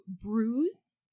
bruise